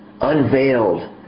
unveiled